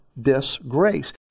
disgrace